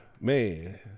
man